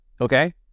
okay